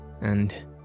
And